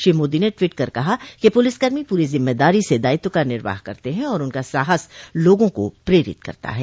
श्री मोदी ने ट्वीट कर कहा कि पुलिसकर्मी पूरी जिम्मेदारी से दायित्व का निर्वाह करते हैं और उनका साहस लोगों को प्रेरित करता है